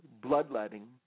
bloodletting